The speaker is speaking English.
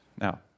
Now